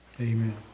Amen